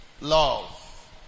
Love